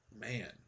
Man